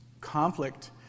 Conflict